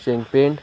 शेंगपेंड